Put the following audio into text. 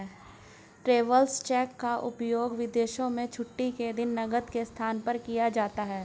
travellers cheque का उपयोग विदेशों में छुट्टी के दिन नकद के स्थान पर किया जाता है